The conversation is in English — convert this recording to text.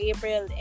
April